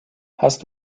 hast